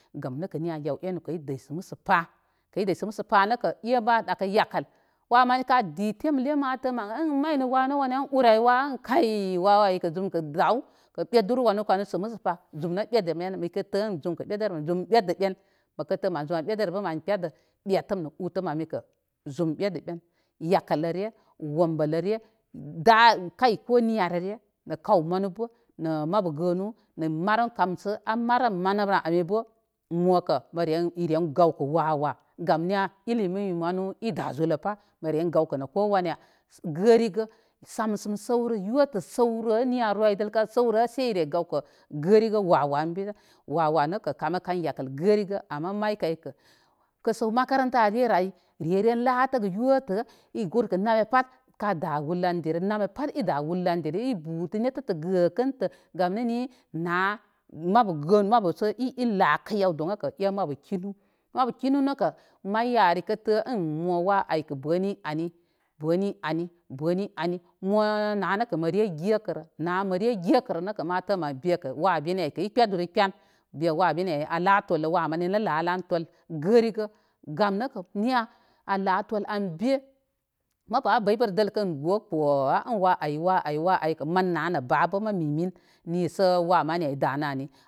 Gam nəkə niya yaw enu kə i dəy sə məsəpa. Kə l dəy sə məsəpa nəkə e bə dəkə yakəl. Wa mani ka di temle ma tə ma ən may nə wa nə wana ən ur ay wa mən kay a wo ay kə zum kə gaw kə ɓeduru wanu kanə sə məsəpa. Zum nə bedəben mikətə mən zum a ɓedərə bə mən kpedə. Betəm nə utəm ami kə zum ɓedəɓen. Yakələre wombələre da kay ko niyarə re nə kaw manu bə nə manu gənu nə marəm kam sə a marəm manirə ami bə mokə məre iren gawkə wa'wa' gam niya ilimi manu ida zuləpa mə ren gawkə nə ko wana gərigə samsən səwrə yotə səwrə niy roydəl kaw səwrə suy ire gawkə gərigə wa'wa'nbi nə. Wa'wa' nəkə kaməkan yakəl gərigə ama may kə kə səw makantarerə ay reren latəgatəgə yotə ni ur kə nama pat ka da wulandi rə nama pat ida wulandirə. i butə netətə gəgənta gamnə ni na mabu ganu mabu sə ii lakə yaw doŋ a kə e mabu kinu- mabu kinu nəkə may yari kə tə ən mo wa aykə bə ni ani bə ni ani bəni ani mo na nəkə məre' gerə rə. Mə re gekərə nəkə ma tə mə bekə wa beni kə l kpeduru kpen. Wa mini a la tollə, wa məni nə la lan tol gərigə gam nəkə niya a la tol an be mabu a bəy bərə dəl kə go ko a ən wa ay wa ay wa ay kə mən na nə ba bə mə mi min nisə wa məni ay danə ani.